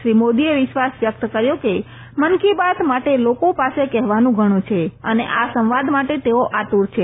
શ્રી મોદીએ વિશ્વાસ વ્યકત કર્યો કે મન કી બાત માટે લોકો પાસે કહેવાનું ઘણુ છે અને આ સંવાદ માટે તેઓ આતુર છે